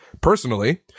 personally